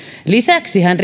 lisäksihän